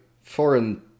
foreign